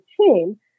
team